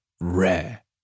rare